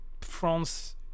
france